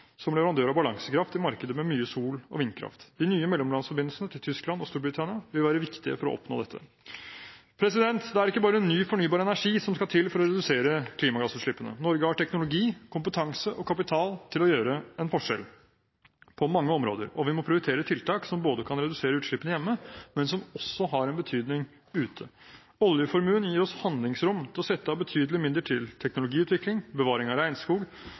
som leverandør av balansekraft i markeder med mye sol og vindkraft. De nye mellomlandsforbindelsene til Tyskland og Storbritannia vil være viktig for å oppnå dette. Det er ikke bare ny fornybar energi som skal til for å redusere klimagassutslippene. Norge har teknologi, kompetanse og kapital til å gjøre en forskjell på mange områder. Vi må prioritere tiltak som kan redusere utslippene hjemme, men som også har en betydning ute. Oljeformuen gir oss handlingsrom til å sette av betydelige midler til teknologiutvikling, bevaring av